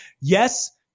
yes